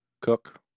Cook